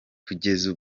kugeza